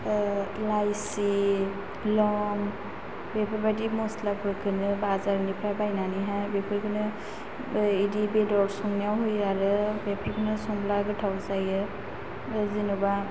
इलाइसि लं बेफोरबादि मस्लाफोरखौनो बाजारनिफ्राय बायनानैहाय बेफोरखौनो ओइ इदि बेदर संनायाव होयो आरो बेफोरनो संब्ला गोथाव जायो जेन'बा